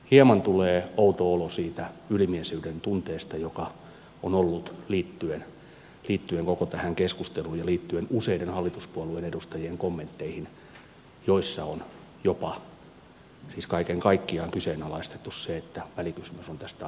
hieman tulee outo olo siitä ylimielisyyden tunteesta joka on ollut liittyen koko tähän keskusteluun ja liittyen useiden hallituspuolueen edustajien kommentteihin joissa on jopa siis kaiken kaikkiaan kyseenalaistettu se että välikysymys on tästä aiheesta tehty